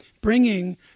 bringing